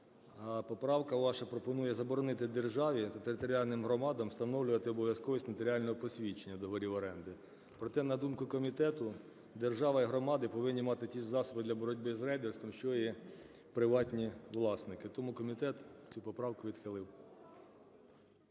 поправка ваша пропонує заборонити державі та територіальним громадам встановлювати обов'язковість нотаріального посвідчення договорів оренди. Проте, на думку комітету, держава і громади повинні мати ті ж засоби для боротьби з рейдерством, що і приватні власники. Тому комітет цю поправку відхилив.